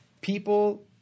people –